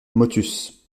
motus